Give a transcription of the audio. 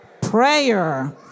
prayer